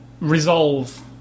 resolve